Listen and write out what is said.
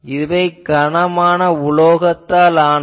இவை கனமான உலோகத்தால் ஆனவை